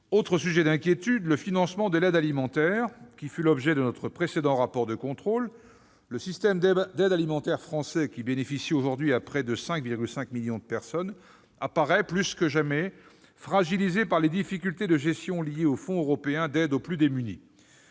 Autre sujet d'inquiétude, le financement de l'aide alimentaire, qui fut l'objet de notre précédent rapport de contrôle. Le système d'aide alimentaire français, qui bénéficie aujourd'hui à près de 5,5 millions de personnes, apparaît plus que jamais fragilisé par les difficultés de gestion liées au Fonds européen d'aide aux plus démunis.